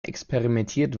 experimentiert